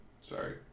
Sorry